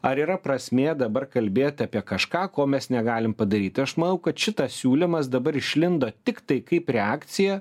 ar yra prasmė dabar kalbėt apie kažką ko mes negalim padaryt tai aš manau kad šitas siūlymas dabar išlindo tiktai kaip reakcija